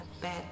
bad